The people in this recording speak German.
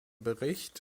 bericht